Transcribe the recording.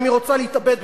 אם היא רוצה להתאבד,